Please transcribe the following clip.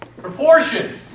Proportion